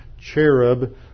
cherub